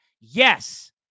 Yes